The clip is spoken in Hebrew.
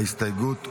ההסתייגות הוסרה.